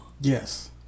yes